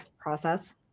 process